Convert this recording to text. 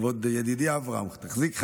כבוד ידידי אברהם, תחזיק חזק: